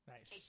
Nice